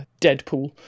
Deadpool